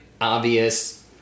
obvious